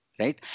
right